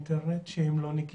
בלי תוספים, זה פשוט לא עובד.